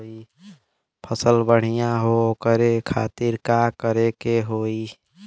फसल बढ़ियां हो ओकरे खातिर का करे के होई?